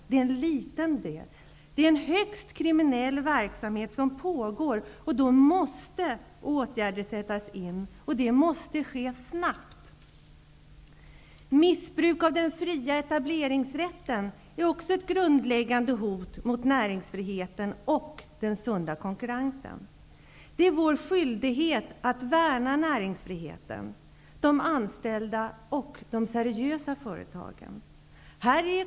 Det är en liten del. Det är en högst kriminell verksamhet som pågår. Åtgärder måste sättas in, och det måste ske snabbt. Missbruk av den fria etableringsrätten är också ett grundläggande hot mot näringsfriheten och den sunda konkurrensen. Det är vår skyldighet att värna näringsfriheten, de anställda och de seriösa företagen.